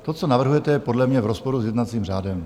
To, co navrhujete, je podle mě v rozporu s jednacím řádem.